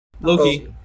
Loki